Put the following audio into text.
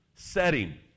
setting